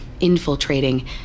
infiltrating